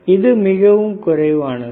இது மிகவும் குறைவானது